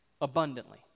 abundantly